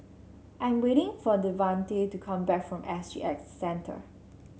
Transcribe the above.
I am waiting for Devante to come back from S G X Centre